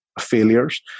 failures